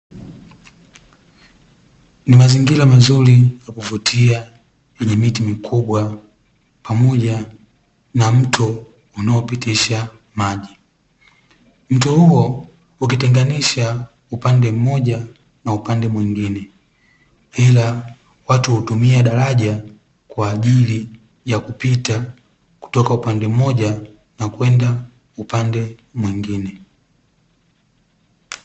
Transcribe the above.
Ni mazingira mazuri ya kuvutia yenye miti mikubwa pamoja na mto unaopitisha maji mto huo ukitenganisha upande mmoja na upande mwingine, ila watu hutumia daraja kwa ajili ya kupita kutoka upande mmoja na kwenda upande mwingine.